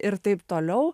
ir taip toliau